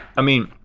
i mean,